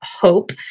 hope